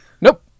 Nope